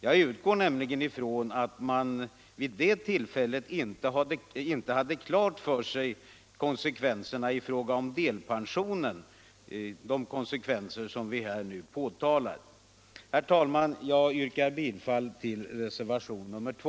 Jag utgår nämligen ifrån att man vid det tillfället inte hade klart för sig konsekvenserna i fråga om delpensionen, de konsekvenser som vi här nu påtalar. Herr talman! Jag yrkar bifall till reservationen 2,